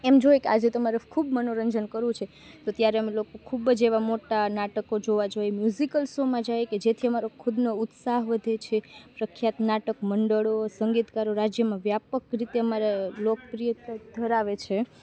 એમ જોઈએ કે આજે તો મારે ખૂબ મનોરંજન કરવું છે તો ત્યારે અમે લોકો ખૂબ જ એવાં મોટાં નાટકો જોવાં જાઈએ મ્યુઝિકલ શોમાં જઈએ કે જેથી અમારો ખુદનો ઉત્સાહ વધે છે પ્રખ્યાત નાટક મંડળો સંગીતકારો રાજ્યમાં વ્યાપક રીતે અમારે લોકપ્રિયતા ધરાવે છે